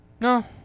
No